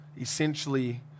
essentially